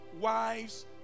wives